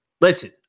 Listen